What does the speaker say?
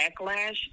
backlash